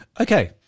Okay